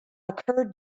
occurred